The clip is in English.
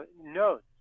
notes